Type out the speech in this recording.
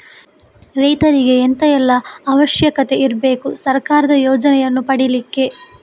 ರೈತರಿಗೆ ಎಂತ ಎಲ್ಲಾ ಅವಶ್ಯಕತೆ ಇರ್ಬೇಕು ಸರ್ಕಾರದ ಯೋಜನೆಯನ್ನು ಪಡೆಲಿಕ್ಕೆ?